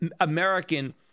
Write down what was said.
American